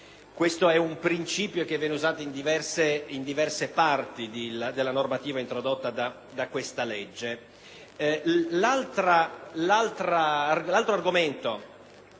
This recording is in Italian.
Questo è un principio che viene usato in diverse parti della normativa introdotta da questa legge.